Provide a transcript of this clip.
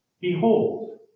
Behold